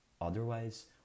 Otherwise